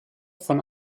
von